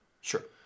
Sure